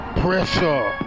pressure